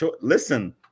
listen